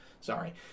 Sorry